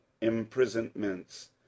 imprisonments